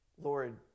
Lord